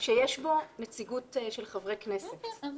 שיש בו נציגות של חברי כנסת.